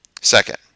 Second